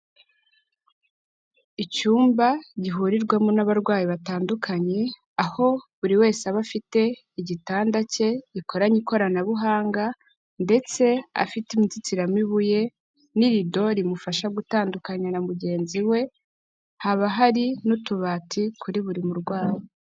Icyumba gihurirwamo n'abarwayi batandukanye, aho buri wese aba afite igitanda cye gikoranye ikoranabuhanga ndetse afite inzitiramibu ye n'irido rimufasha gutandukana na mugenzi we, haba hari n'utubati kuri buri murwayi.